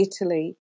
Italy